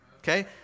okay